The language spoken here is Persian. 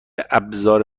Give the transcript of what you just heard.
ابزار